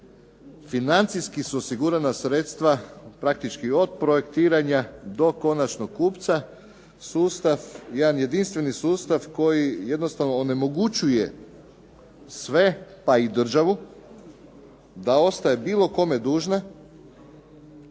financijski osigurana sredstva praktički od projektiranja do konačnog kupca. Jedan jedinstveni sustav koji jednostavno onemogućuje sve pa i državu da ostaje bilo kome dužna